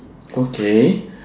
okay